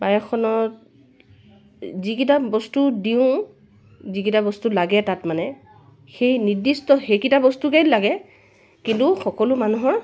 পায়সখনত যিকেইটা বস্তু দিওঁ যিকেইটা বস্তু লাগে তাত মানে সেই নিৰ্দিষ্ট সেইকেইটা বস্তুকেই লাগে কিন্তু সকলো মানুহৰ